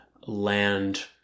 land